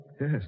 Yes